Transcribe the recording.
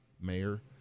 mayor